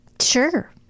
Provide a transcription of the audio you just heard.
Sure